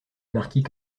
marquis